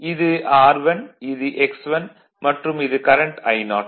இது R1 இது X1 மற்றும் இது கரண்ட் I0